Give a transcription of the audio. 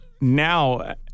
now